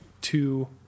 two